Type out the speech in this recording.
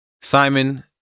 Simon